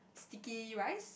sticky rice